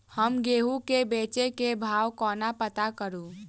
हम गेंहूँ केँ बेचै केँ भाव कोना पत्ता करू?